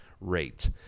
rate